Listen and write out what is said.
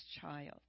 child